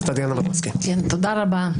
תודה רבה.